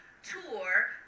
tour